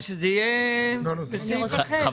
אז שזה יהיה בסעיף אחר.